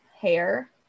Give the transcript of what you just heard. hair